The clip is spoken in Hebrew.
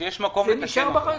שיש מקום לתקן את זה.